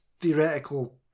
theoretical